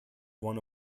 one